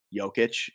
Jokic